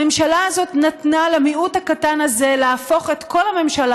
הממשלה הזאת נתנה למיעוט הקטן הזה להפוך את כל הממשלה